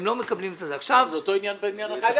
הם לא מקבלים את --- זה אותו עניין בעניין הטקסטיל,